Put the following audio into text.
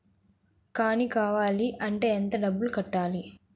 Sprinkler కానీ డ్రిప్లు కాని కావాలి అంటే ఎంత డబ్బులు కట్టాలి?